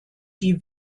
die